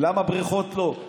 למה בריכות לא,